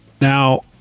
Now